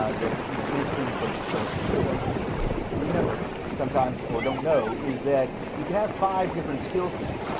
ah that you know inexperienced folks don't don't remember sometimes or don't know, is that you could have five different skillsets.